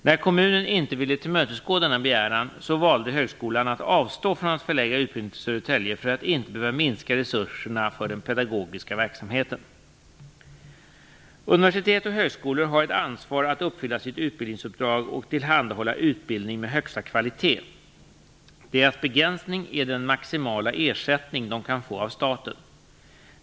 När kommunen inte ville tillmötesgå denna begäran valde högskolan att avstå från att förlägga utbildning till Södertälje för att inte behöva minska resurserna för den pedagogiska verksamheten. Universitet och högskolor har ett ansvar att uppfylla sitt utbildningsuppdrag och tillhandahålla utbildning med högsta kvalitet. Deras begränsning är den maximala ersättning de kan få av staten.